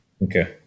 Okay